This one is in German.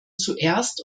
zuerst